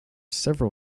several